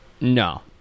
No